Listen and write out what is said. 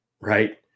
right